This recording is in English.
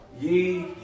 ye